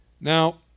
Now